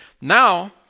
Now